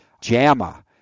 JAMA